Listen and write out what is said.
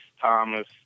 Thomas